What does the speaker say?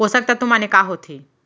पोसक तत्व माने का होथे?